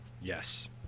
Yes